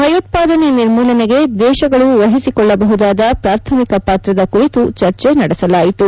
ಭಯೋತ್ವಾದನೆ ನಿರ್ಮೂಲನೆಗೆ ದೇಶಗಳು ವಹಿಸಿಕೊಳ್ಳಬಹುದಾದ ಪ್ರಾಥಮಿಕ ಪಾತ್ರದ ಕುರಿತು ಚರ್ಚೆ ನಡೆಸಲಾಯಿತು